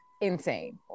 insane